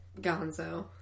Gonzo